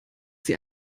sie